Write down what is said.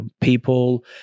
people